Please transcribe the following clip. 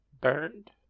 burned